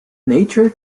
nature